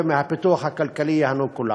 ומהפיתוח הכלכלי ייהנו כולם.